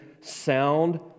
sound